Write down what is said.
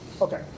Okay